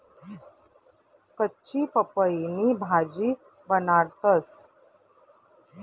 कच्ची पपईनी भाजी बनाडतंस